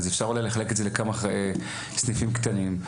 אז אפשר אולי לחלק את זה לכמה סניפים קטנים.